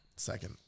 second